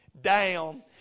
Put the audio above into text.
down